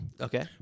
Okay